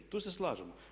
I tu se slažemo.